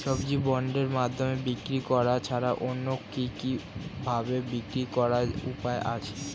সবজি বন্ডের মাধ্যমে বিক্রি করা ছাড়া অন্য কি কি ভাবে বিক্রি করার উপায় আছে?